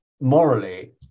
morally